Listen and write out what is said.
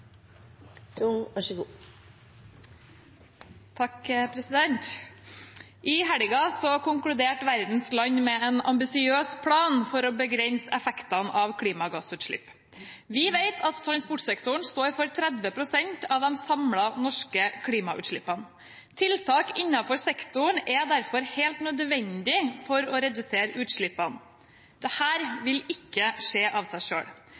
I helgen konkluderte verdens land med en ambisiøs plan for å begrense effektene av klimagassutslipp. Vi vet at transportsektoren står for 30 pst. av de samlede norske klimautslippene. Tiltak innenfor sektoren er derfor helt nødvendig for å redusere utslippene. Dette vil ikke skje av seg